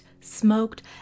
smoked